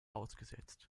ausgesetzt